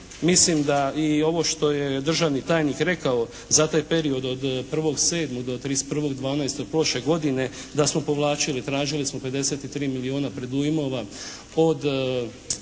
mislim da i ovo što je državni tajnik rekao za taj period od 1.7. do 31.12. prošle godine da smo povlačili, tražili smo 53 milijuna predujmova od